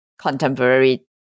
contemporary